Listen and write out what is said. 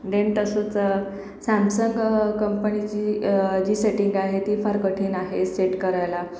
Den टसंच Samsung कंपनीची जी सेटिंग आहे ती फार कठीण आहे सेट करायला